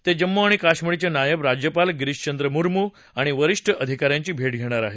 ते जम्मू आणि कश्मीरचे नायब राज्यपाल गिरीशचंद्र मुर्मू आणि वरीष्ठ अधिकाऱ्यांची भेट घेणार आहे